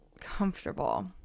comfortable